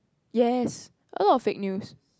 yes a lot of fake news